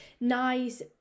nice